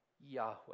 Yahweh